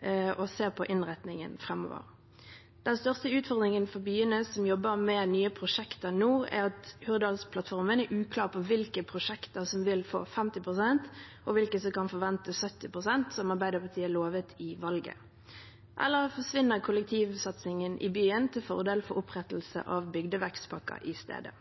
og å se på innretningen framover. Den største utfordringen for byene som jobber med nye prosjekter nå, er at Hurdalsplattformen er uklar på hvilke prosjekter som vil få 50 pst., og hvilke som kan forvente 70 pst., som Arbeiderpartiet lovet i valget – eller forsvinner kollektivsatsingen i byene til fordel for opprettelse av bygdevekstpakker i stedet?